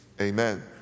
Amen